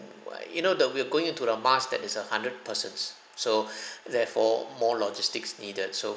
why you know that we are going into the mask that is a hundred persons so therefore more logistics needed so